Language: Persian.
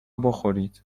بخورید